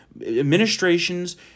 administrations